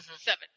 Seven